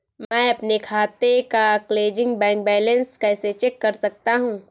मैं अपने खाते का क्लोजिंग बैंक बैलेंस कैसे चेक कर सकता हूँ?